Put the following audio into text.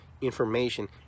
information